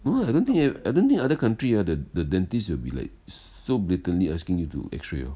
uh I don't think I don't think other country ah the the dentist will be like so blatantly asking you to x-ray hor